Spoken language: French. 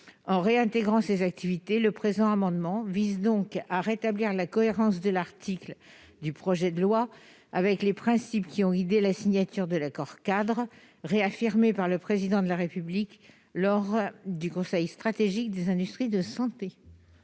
En réintégrant ces activités, cet amendement vise donc à rétablir la cohérence de l'article 38 avec les principes qui ont guidé à la signature de l'accord-cadre, réaffirmés par le Président de la République lors du dernier conseil stratégique des industries de santé